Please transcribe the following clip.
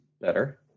better